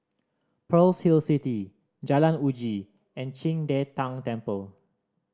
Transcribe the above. Pearl's Hill City Jalan Uji and Qing De Tang Temple